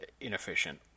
inefficient